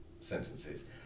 sentences